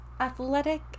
Athletic